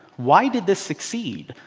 why did this succeed?